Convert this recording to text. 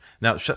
Now